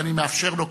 ואני מאפשר לו כמובן.